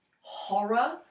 horror